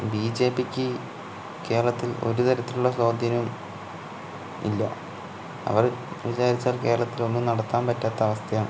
ബിജെപിക്ക് കേരളത്തില് ഒരുതരത്തിലുള്ള സ്വാധീനം ഇല്ല അവര് വിചാരിച്ചാല് കേരളത്തില് ഒന്നും നടത്താന് പറ്റാത്ത അവസ്ഥയാണ്